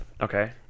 Okay